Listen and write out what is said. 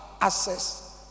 access